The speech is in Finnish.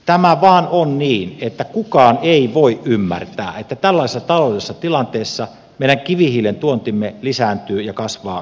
tämä vain on niin että kukaan ei voi ymmärtää että tällaisessa taloudellisessa tilanteessa meidän kivihiilen tuontimme lisääntyy ja kasvaa kasvamistaan